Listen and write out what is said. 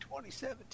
2017